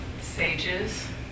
Sages